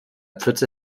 pfütze